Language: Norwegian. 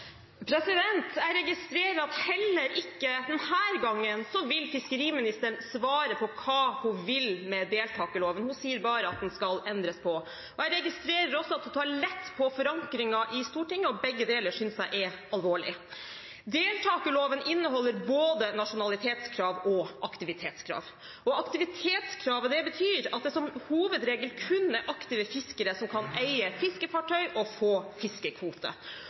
Pedersen. Jeg registrerer at heller ikke denne gangen vil fiskeriministeren svare på hva hun vil med deltakerloven – hun sier bare at den skal endres på. Jeg registrerer også at hun tar lett på forankringen i Stortinget. Begge deler synes jeg er alvorlig. Deltakerloven inneholder både nasjonalitetskrav og aktivitetskrav. Aktivitetskravet betyr at det som hovedregel kun er aktive fiskere som kan eie fiskefartøy og få fiskekvote.